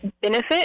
benefit